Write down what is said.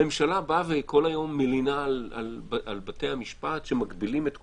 הממשלה כל היום מלינה על בתי המשפט שמגבילים את כוחה.